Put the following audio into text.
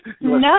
No